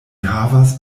havas